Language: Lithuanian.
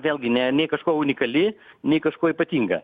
vėlgi ne nei kažkuo unikali nei kažkuo ypatinga